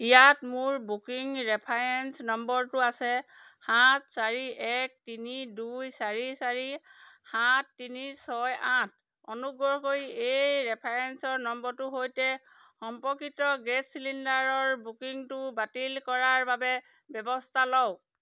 ইয়াত মোৰ booking reference নম্বৰটো আছে সাত চাৰি এক তিনি দুই চাৰি চাৰি সাত তিনি ছয় আঠ অনুগ্ৰহ কৰি এই ৰেফাৰেঞ্চৰ নম্বৰটোৰ সৈতে সম্পৰ্কিত গেছ চিলিণ্ডাৰৰ বুকিংটো বাতিল কৰাৰ বাবে ব্যৱস্থা লওক